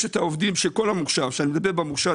יש את העובדים של כל המוכשר כשאני מדבר על המוכשר,